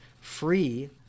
free